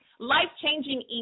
Life-changing